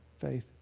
faith